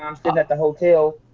i'm staying at the hotel,